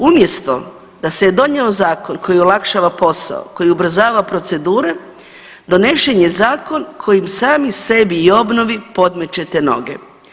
Umjesto da se je donio zakon koji olakšava posao, koji ubrzava procedure, donešen je zakon kojim sami sebi i obnovi podmećete noge.